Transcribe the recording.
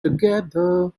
together